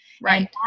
Right